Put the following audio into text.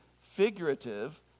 figurative